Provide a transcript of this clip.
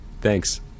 Thanks